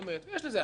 יש לזה השלכות